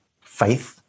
faith